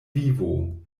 vivo